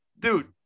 Dude